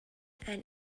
and